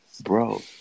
Bro